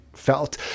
felt